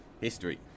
history